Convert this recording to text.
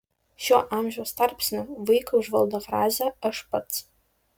šiuo amžiaus tarpsniu vaiką užvaldo frazė aš pats